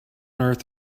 earth